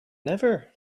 never